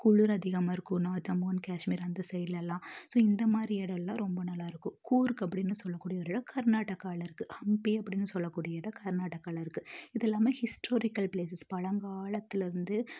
குளிர் அதிகமாருயிக்கும் ஜம்மு அண் காஷ்மீர் அந்த சைட்லலாம் ஸோ இந்தமாதிரி எடல்லாம் ரொம்ப நல்லாயிருக்கும் கூர்க் அப்படின்னு சொல்லக்கூடிய ஒரு இடம் கர்நாடகாவில இருக்குது ஹம்ப்பே அப்படின்னு சொல்லக்கூடிய இடம் கர்நாடகாவில இருக்குது இதெல்லாமே ஹிஸ்டாரிக்கல் பிளேசஸ் பழங்காலத்துலருந்து